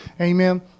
Amen